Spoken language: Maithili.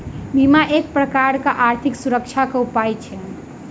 बीमा एक प्रकारक आर्थिक सुरक्षाक उपाय अछि